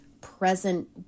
present